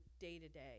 day-to-day